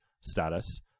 status